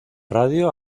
radio